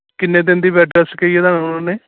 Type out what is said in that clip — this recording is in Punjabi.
ਕਿੰਨੇ ਦਿਨ ਦੀ ਬੈੱਡ ਰੈਸਟ ਕਹੀ ਆ ਤੁਹਾਨੂੰ ਉਹਨਾਂ ਨੇ